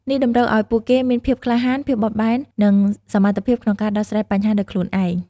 នេះតម្រូវឱ្យពួកគេមានភាពក្លាហាន ភាពបត់បែន និងសមត្ថភាពក្នុងការដោះស្រាយបញ្ហាដោយខ្លួនឯង។